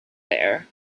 there